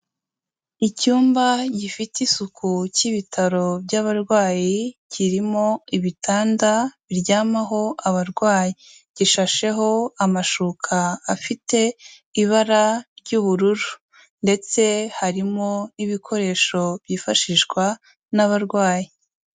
Icyumba gifite isuku cy'ibitaro by'abarwayi, kirimo ibitanda biryamaho abarwayi. Gishasheho amashuka afite ibara ry'ubururu ndetse harimo n'ibikoresho byifashishwa n'abarwayi.